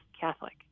Catholic